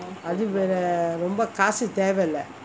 அதும் வேற ரொம்ப காசு தேவே இல்லே:athum vera romba kaasu thevae illae